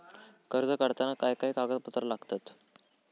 कर्ज काढताना काय काय कागदपत्रा लागतत?